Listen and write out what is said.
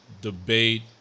debate